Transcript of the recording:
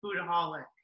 foodaholic